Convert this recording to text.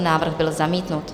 Návrh byl zamítnut.